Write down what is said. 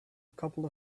couple